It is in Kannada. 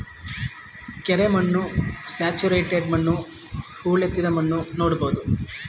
ಕೆರೆ ಮಣ್ಣು, ಸ್ಯಾಚುರೇಟೆಡ್ ಮಣ್ಣು, ಹೊಳೆತ್ತಿದ ಮಣ್ಣು ನೋಡ್ಬೋದು